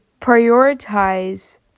prioritize